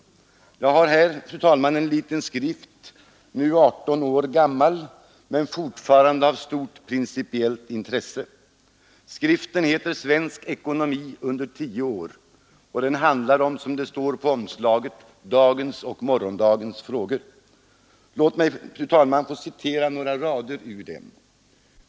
Jag har här, fru talman, en liten skrift — nu 18 år gammal men fortfarande av stort principiellt intresse. Skriften heter ”Svensk ekonomi under 10 år” och den handlar om, som det står på omslaget, ”Dagens och morgondagens frågor”. Låt mig få citera några rader ur den.